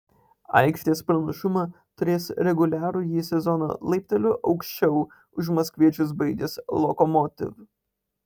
aikštės pranašumą turės reguliarųjį sezoną laipteliu aukščiau už maskviečius baigęs lokomotiv